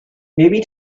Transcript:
maybe